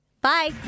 Bye